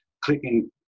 clicking